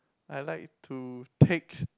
I like to take